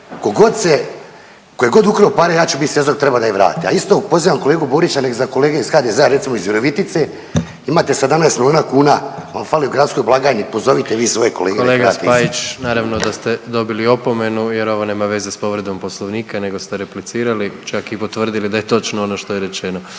ko god se, ko je god ukrao pare ja ću bit svjedok, treba da ih vrati, a isto pozivam kolegu Borića nek za kolege iz HDZ-a, recimo iz Virovitice, imate 17 milijuna kuna vam fali u gradskoj blagajni, pozovite vi svoje kolega nek vrate…/Govornik se ne razumije/…. **Jandroković, Gordan (HDZ)** Kolega Spajić, naravno da ste dobili opomenu jer ovo nema veze s povredom poslovnika nego ste replicirali, čak i potvrdili da je točno ono što je rečeno.